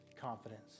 confidence